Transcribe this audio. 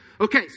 Okay